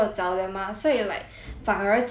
反而就是真的找不到 sia